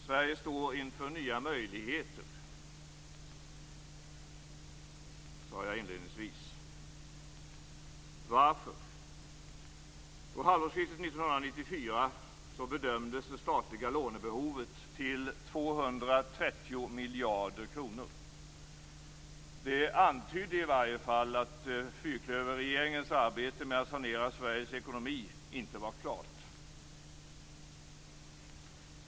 Sverige står inför nya möjligheter, sade jag inledningsvis. Varför? Jo, halvårsskiftet 1994 bedömdes det statliga lånebehovet till 230 miljarder kronor. Det antydde i varje fall att fyrklöverregeringens arbete med att sanera Sveriges ekonomi inte var klart.